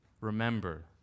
Remember